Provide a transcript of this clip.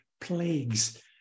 plagues